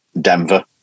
Denver